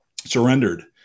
surrendered